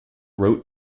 wrote